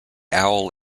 owl